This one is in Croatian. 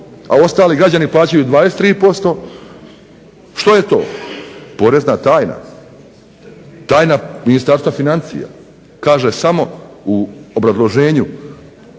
a ostali građani plaćaju 23%. Što je to? Porezna tajna, tajna Ministarstva financija. Kaže samo u obrazloženju